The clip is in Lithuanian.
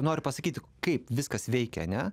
noriu pasakyti kaip viskas veikia ane